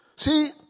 See